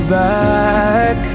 back